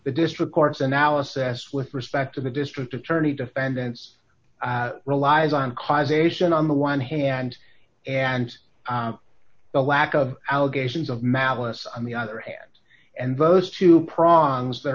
the district court's analysis with respect to the district attorney defendant's relies on causation on the one hand and the lack of our gauges of malice on the other hand and those two prongs that